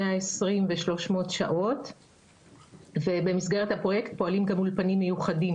120 ו-300 שעות ובמסגרת הפרויקט קיימים גם אולפנים מיוחדים,